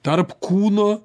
tarp kūno